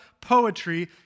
poetry